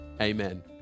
Amen